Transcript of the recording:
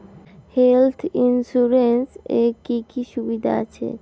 Health insurance এ কি কি সুবিধা আছে?